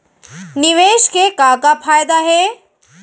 निवेश के का का फयादा हे?